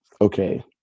Okay